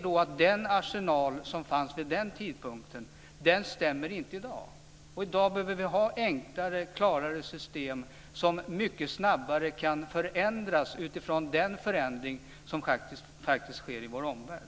Den arsenal som fanns vid den tidpunkten stämmer inte i dag. I dag behöver vi enklare och klarare system som mycket snabbare kan förändras utifrån den förändring som faktiskt sker i vår omvärld